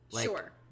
sure